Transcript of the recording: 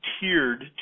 tiered